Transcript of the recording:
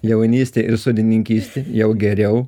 jaunystė ir sodininkystė jau geriau